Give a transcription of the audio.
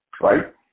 right